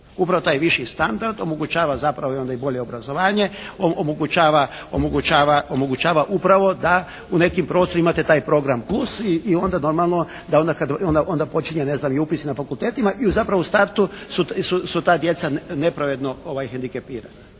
Upravo taj viši standard omogućava zapravo onda i bolje obrazovanje, omogućava upravo da u nekim prostorima imate taj program plus i onda normalno da onda kada počinje upis i na fakultetima i zapravo u startu su ta djeca nepravedno hendikepirana.